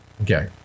Okay